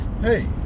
Hey